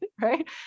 Right